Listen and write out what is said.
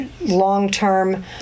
long-term